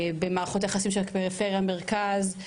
במערכות היחסים של פריפריה מרכז,